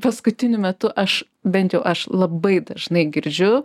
paskutiniu metu aš bent jau aš labai dažnai girdžiu